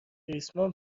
ریسمان